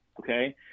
Okay